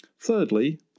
Thirdly